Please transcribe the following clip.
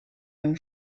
own